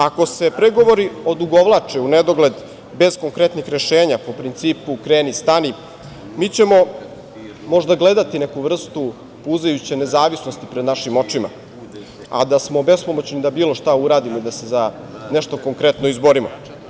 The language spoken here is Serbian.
Ako se pregovori odugovlače u nedogled bez konkretnih rešenja, po principu – kreni, stani, mi ćemo možda gledati neku vrstu puzajuće nezavisnosti pred našim očima, a da smo bespomoćni da bilo šta uradimo i da se za nešto konkretno izborimo.